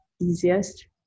easiest